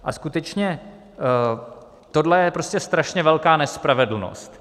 A skutečně toto je prostě strašně velká nespravedlnost.